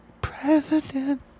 president